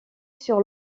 sur